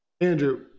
andrew